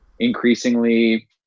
Increasingly